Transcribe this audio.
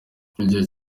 igice